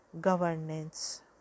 governance